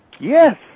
Yes